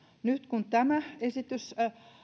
nyt kun tämä esitys